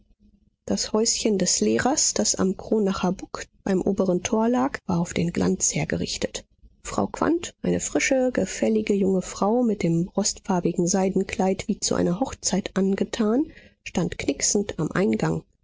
das häuschen des lehrers das am kronacher buck beim oberen tor lag war auf den glanz hergerichtet frau quandt eine frische gefällige junge frau mit dem rostfarbigen seidenkleid wie zu einer hochzeit angetan stand knicksend am eingang